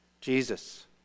Jesus